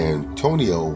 Antonio